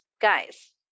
guys